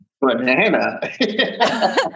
Banana